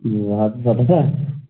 سواد ہَتھس ہا